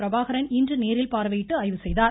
பிரபாகரன் இன்று நேரில் பார்வையிட்டு ஆய்வு செய்தார்